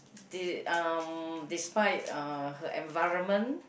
did um despite uh her environment